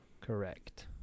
Correct